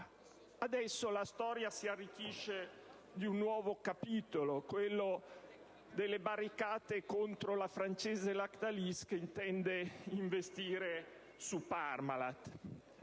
E ora la storia si arricchisce di un nuovo capitolo, quello delle barricate contro la francese Lactalis che intende investire su Parmalat.